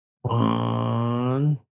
One